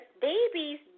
babies